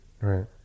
right